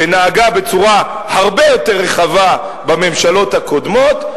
שנהגה בצורה הרבה יותר רחבה בממשלות הקודמות,